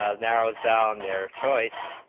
ah narrows down their choice,